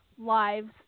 Lives